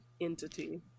entity